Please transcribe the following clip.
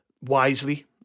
wisely